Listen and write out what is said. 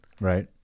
Right